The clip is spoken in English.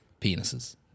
penises